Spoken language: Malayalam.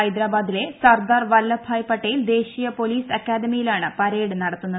ഹൈദരാബാദിലെ സർദാർ വല്ലഭായ് പട്ടേൽ ദേശീയ പൊലീസ് അക്കാദമിയിലാണ് പരേഡ് നടത്തുന്നത്